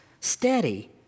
steady